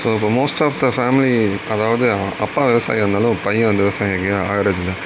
so இப்போ most of the family அதாவது அப்பா விவசாயியாக இருந்தாலும் பையன் வந்து விவசாயியாக ஆகிறது இல்லை